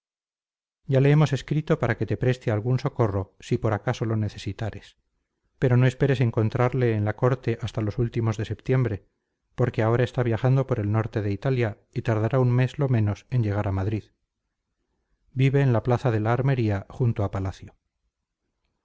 ya le hemos escrito para que te preste algún socorro si por acaso lo necesitares pero no esperes encontrarle en la corte hasta los últimos de septiembre porque ahora está viajando por el norte de italia y tardará un mes lo menos en llegar a madrid vive en la plaza de la armería junto a palacio